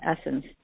essence